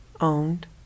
owned